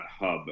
hub